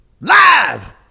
Live